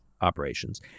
operations